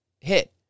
hit